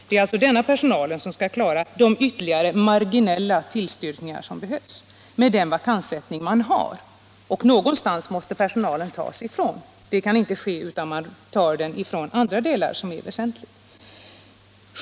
Det är denna personal som skulle klara de ytterligare ”marginella belastningarna” som behövs med den vakanssättning man har. Någonstans måste personalen tas ifrån, och det kan inte ske utan att man tar dem från andra delar som är väsentliga.